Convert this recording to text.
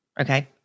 Okay